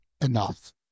enough